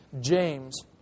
James